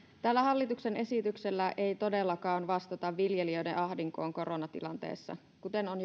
tällä hallituksen esityksellä ei todellakaan vastata viljelijöiden ahdinkoon koronatilanteessa kuten on